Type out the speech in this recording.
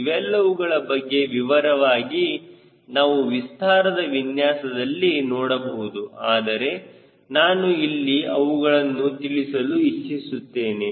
ಇವೆಲ್ಲವುಗಳ ಬಗ್ಗೆ ವಿವರವಾಗಿ ನಾವು ವಿಸ್ತಾರದ ವಿನ್ಯಾಸದಲ್ಲಿ ನೋಡಬಹುದು ಆದರೆ ನಾನು ಇಲ್ಲಿ ಅವುಗಳನ್ನು ತಿಳಿಸಲು ಇಚ್ಚಿಸುತ್ತೇನೆ